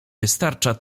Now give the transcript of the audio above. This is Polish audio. wystarcza